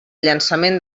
llançament